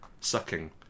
sucking